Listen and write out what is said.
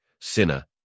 sinner